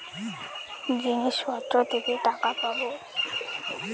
জিনিসপত্র থেকে টাকা পাবো